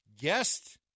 guest